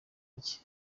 rye